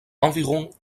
environ